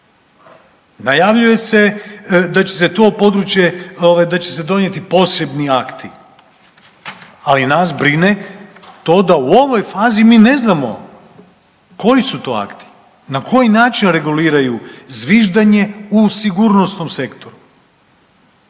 Najavljuje se da će se to područje da će se donijeti posebni akti, ali nas brine to da u ovoj fazi mi ne znamo koji su tu akti, na koji način reguliraju zviždanje u sigurnosnom sektoru.